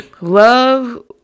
Love